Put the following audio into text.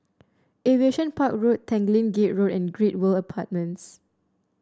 Aviation Park Road Tanglin Gate Road and Great World Apartments